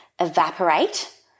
evaporate